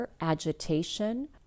agitation